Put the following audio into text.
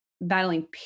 battling